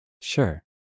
Sure